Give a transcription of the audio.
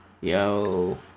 Yo